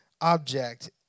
object